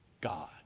God